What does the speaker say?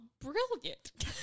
brilliant